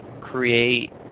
create